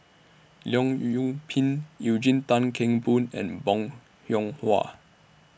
Leong Yoon Pin Eugene Tan Kheng Boon and Bong Hiong Hwa